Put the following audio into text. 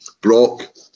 Brock